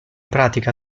pratica